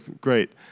great